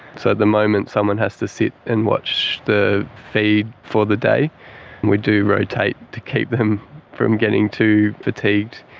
so at the moment someone has to sit and watch the feed for the day, and we do rotate to keep them from getting too fatigued,